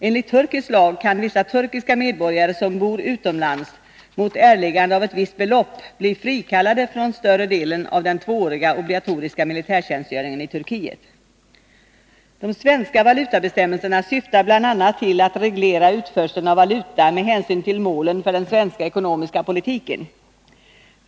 Enligt turkisk lag kan vissa turkiska medborgare som bor utomlands mot erläggande av ett visst belopp bli frikallade från större delen av den tvååriga obligatoriska militärtjänstgöringen i Turkiet. De svenska valutabestämmelserna syftar bl.a. till att reglera utförseln av valuta med hänsyn till målen för den svenska ekonomiska politiken.